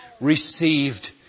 received